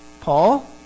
Paul